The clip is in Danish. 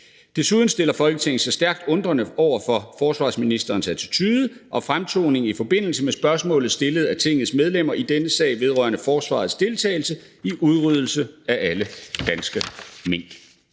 Desuden stiller Folketinget sig stærkt undrende over for forsvarsministerens attitude og fremtoning i forbindelse med spørgsmål stillet af Tingets medlemmer i denne sag vedrørende forsvarets deltagelse i udryddelse af alle danske mink.«